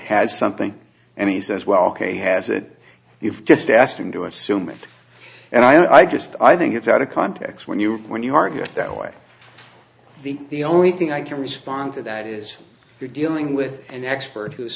has something and he says well ok has it you've just asked him to assume it and i just i think it's out of context when you when you argue that way the the only thing i can respond to that is you're dealing with an expert who's